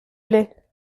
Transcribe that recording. plait